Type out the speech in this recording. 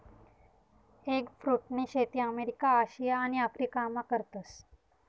एगफ्रुटनी शेती America, Asia आणि आफरीकामा करतस